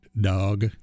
dog